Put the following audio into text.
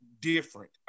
different